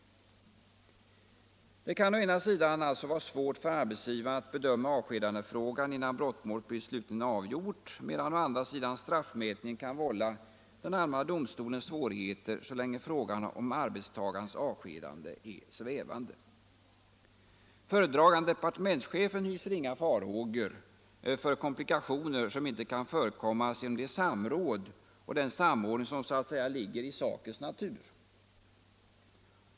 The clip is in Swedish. Det kan å ena sidan alltså vara svårt för arbetsgivaren att bedöma avskedandefrågan innan brottmålet blivit slutligen avgjort, medan å andra sidan straffmätningen kan vålla den allmänna domstolen svårigheter så länge frågan om arbetstagarens avskedande är svävande. Föredragande departementschefen hyser inga farhågor för komplikationer som inte kan förekommas genom det samråd och den samordning som, så att säga, ligger i sakens natur.